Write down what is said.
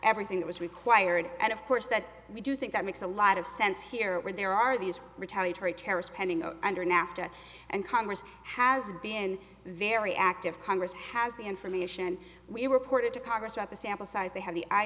everything that was required and of course that we do think that makes a lot of sense here where there are these retaliatory terrorist pending under nafta and congress has been very active congress has the information we reported to congress about the sample size they had the i